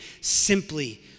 Simply